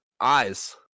eyes